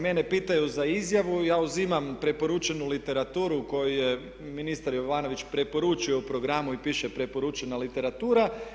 Mene pitaju za izjavu, ja uzimam preporučenu literaturu koju je ministar Jovanović preporučio u programu i piše preporučena literatura.